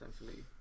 essentially